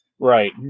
Right